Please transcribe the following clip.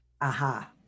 Aha